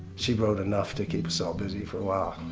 she wrote enough to keep us all busy for a while.